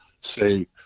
say